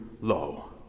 low